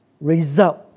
result